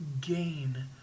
gain